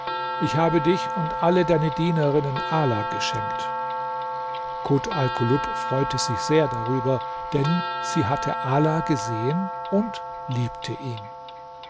ich habe dich und alle deine dienerinnen ala geschenkt kut alkulub freute sich sehr darüber denn sie hatte ala gesehen und liebte ihn